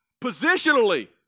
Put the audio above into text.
positionally